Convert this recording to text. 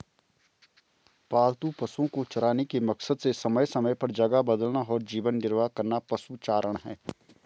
पालतू पशुओ को चराने के मकसद से समय समय पर जगह बदलना और जीवन निर्वाह करना पशुचारण है